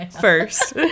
first